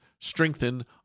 strengthen